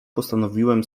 postanowiłem